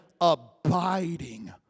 abiding